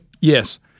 Yes